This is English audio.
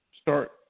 start